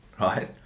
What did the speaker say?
right